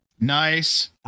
nice